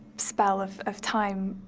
spell of of time,